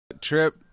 Trip